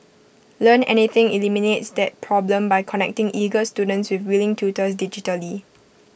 Learn Anything eliminates that problem by connecting eager students with willing tutors digitally